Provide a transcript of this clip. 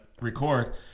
record